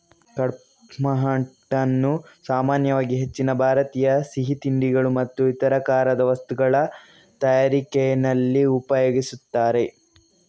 ಕಡ್ಪಾಹ್ನಟ್ ಅನ್ನು ಸಾಮಾನ್ಯವಾಗಿ ಹೆಚ್ಚಿನ ಭಾರತೀಯ ಸಿಹಿ ತಿಂಡಿಗಳು ಮತ್ತು ಇತರ ಖಾರದ ವಸ್ತುಗಳ ತಯಾರಿಕೆನಲ್ಲಿ ಉಪಯೋಗಿಸ್ತಾರೆ